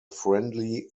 friendly